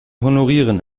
honorieren